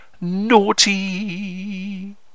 naughty